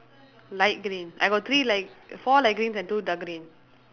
light green I got three light four light greens and two dark green